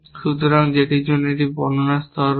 সুতরাং যেটির একটি বর্ণনা স্তর রয়েছে